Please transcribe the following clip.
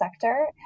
sector